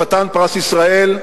חתן פרס ישראל,